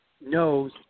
knows